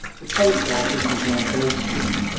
the post-office is on bay street,